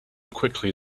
quickly